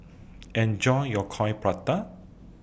Enjoy your Coin Prata